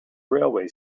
railway